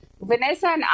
Vanessa